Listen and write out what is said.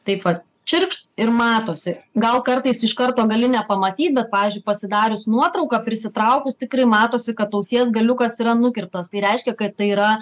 taip va čirkšt ir matosi gal kartais iš karto gali nepamatyt bet pavyzdžiui pasidarius nuotrauką prisitraukus tikrai matosi kad ausies galiukas yra nukirptos tai reiškia kad tai yra